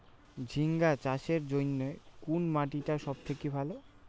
ঝিঙ্গা চাষের জইন্যে কুন মাটি টা সব থাকি ভালো?